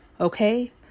Okay